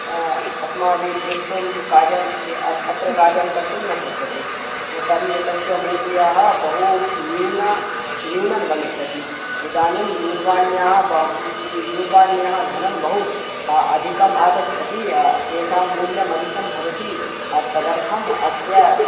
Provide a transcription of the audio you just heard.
अस्माभिः दृष्टुम् कार्यम् अत्र कार्यं कर्तुं न शक्यते तर्हि एतस्य मूल्याः बहु न्यूना न्यूनं गमिष्यति इदानीं दूरवाण्याः ब दूरवाण्याः धनं बहु अधिकम् आगच्छति तेषां मूल्यम् अधिकं भवति तदर्थम् अस्य